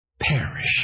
perish